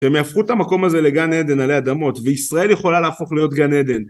שהם יהפכו את המקום הזה לגן עדן עלי אדמות וישראל יכולה להפוך להיות גן עדן